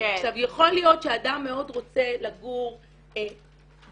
יכול להיות שאדם מאוד רוצה לגור בקהילה.